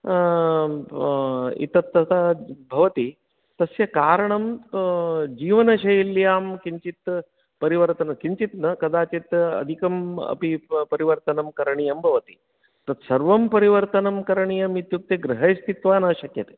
इतस्ततः भवति तस्य कारणं जीवनशैल्यां किञ्चित् परिवर्तनं किञ्चित् न कदाचित् अधिकम् अपि परिवर्तनं करणीयं भवति तत् सर्वं परिवर्तनं करणीयम् इत्युक्ते गृहे स्थित्त्वा न शक्यते